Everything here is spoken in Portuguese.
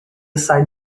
sai